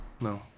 no